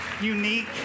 Unique